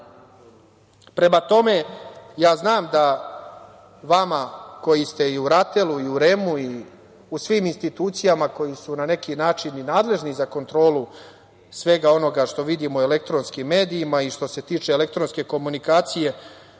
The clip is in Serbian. tome, ja znam da vama koji ste i u RATEL-u i u REM-u i svim institucijama koje su na neki način i nadležni za kontrolu svega onoga što vidimo u elektronskim medijima i što se tiče elektronske komunikacije